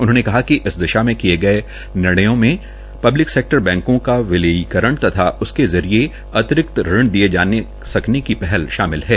उन्होंने कहा कि इस दिशा मे किये गये निर्णयों में पब्लिक सेक्टर बैंकों का विलयीकरण तथा उसके जरिये अतिरिक्त ऋण दिये जा सकने की पहल शामिल है